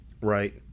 Right